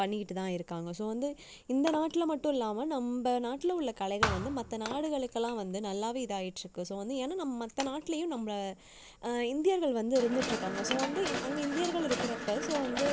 பண்ணிட்டு தான் இருக்காங்கள் ஸோ வந்து இந்த நாட்டில் மட்டும் இல்லாமல் நம்ம நாட்டில் உள்ள கலைகள் வந்து மற்ற நாடுகளுக்கெல்லாம் வந்து நல்லாவே இதாக ஆயிட்டுருக்கு ஸோ வந்து ஏன்னால் நம் மத்த நாட்லேயும் நம்மள இந்தியர்கள் வந்து இருந்துட்டுருக்காங்க ஸோ வந்து இந் அங்கே இந்தியர்கள் இருக்கிறப்ப ஸோ வந்து